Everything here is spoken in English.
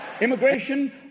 Immigration